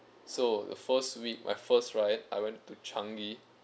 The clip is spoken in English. so the first week my first ride I went to changi